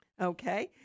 Okay